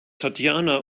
tatjana